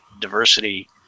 diversity